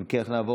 אם כן,